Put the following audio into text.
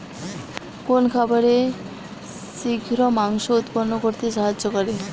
কোন খাবারে শিঘ্র মাংস উৎপন্ন করতে সাহায্য করে?